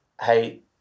hey